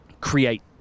create